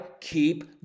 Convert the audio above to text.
keep